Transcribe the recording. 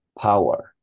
power